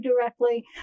directly